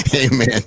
Amen